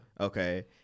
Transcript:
Okay